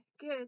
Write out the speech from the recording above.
good